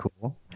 cool